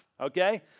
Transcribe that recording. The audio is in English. okay